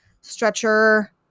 stretcher